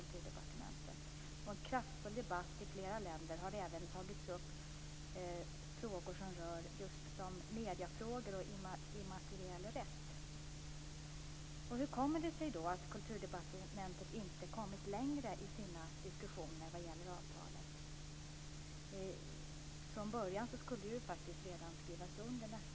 I en kraftfull debatt i flera länder har det även tagits upp frågor som rör just medier och immaterialrätt. Hur kommer det sig då att Kulturdepartementet inte har kommit längre i sina diskussioner vad gäller avtalet? Från början skulle det ju faktiskt ha skrivits under redan nästa månad.